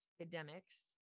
academics